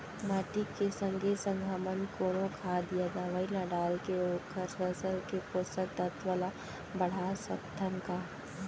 माटी के संगे संग हमन कोनो खाद या दवई ल डालके ओखर फसल के पोषकतत्त्व ल बढ़ा सकथन का?